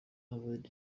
havard